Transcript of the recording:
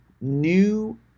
new